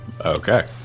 Okay